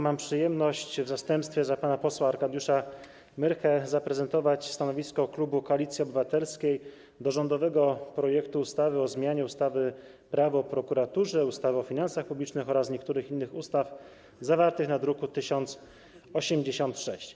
Mam przyjemność w zastępstwie pana posła Arkadiusza Myrchy zaprezentować stanowisko klubu Koalicji Obywatelskiej wobec rządowego projektu ustawy o zmianie ustawy - Prawo o prokuraturze, ustawy o finansach publicznych oraz niektórych innych ustaw, druk nr 1086.